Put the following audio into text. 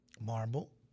Marble